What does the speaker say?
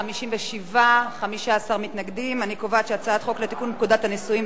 ההצעה להעביר את הצעת חוק לתיקון פקודת הנישואין